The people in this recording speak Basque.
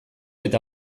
eta